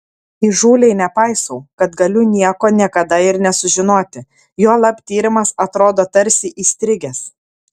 įžūliai nepaisau kad galiu nieko niekada ir nesužinoti juolab tyrimas atrodo tarsi įstrigęs